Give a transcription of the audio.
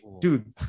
dude